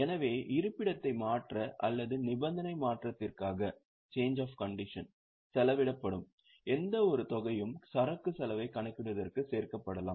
எனவே இருப்பிடத்தை மாற்ற அல்லது நிபந்தனை மாற்றத்திற்காக செலவிடப்படும் எந்தவொரு தொகையும் சரக்கு செலவைக் கணக்கிடுவதற்கு சேர்க்கப்படலாம்